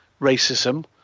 racism